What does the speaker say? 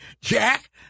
Jack